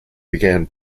began